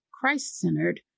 Christ-centered